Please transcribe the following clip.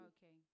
Okay